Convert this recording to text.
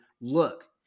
look